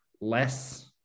less